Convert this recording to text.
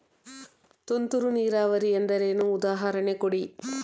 ತುಂತುರು ನೀರಾವರಿ ಎಂದರೇನು, ಉದಾಹರಣೆ ಕೊಡಿ?